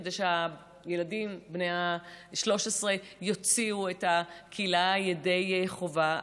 כדי שהילדים בני ה-13 יוציאו את הקהילה ידי חובה.